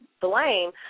blame